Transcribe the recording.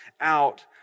out